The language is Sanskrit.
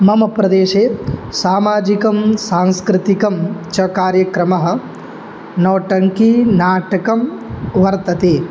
मम प्रदेशे सामाजिकं सांस्कृतिकं च कार्यक्रमः नौटङ्कि नाटकं वर्तते